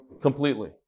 completely